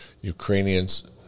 Ukrainians